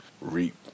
reap